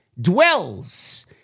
dwells